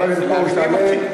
לא, בקשה להקדים אותי.